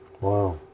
Wow